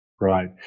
Right